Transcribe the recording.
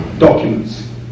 Documents